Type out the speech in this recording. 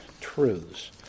truths